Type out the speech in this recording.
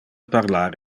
parlar